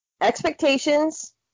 Expectations